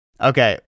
Okay